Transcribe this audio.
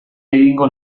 egingo